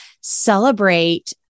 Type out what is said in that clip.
celebrate